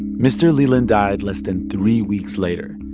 mr. leland died less than three weeks later.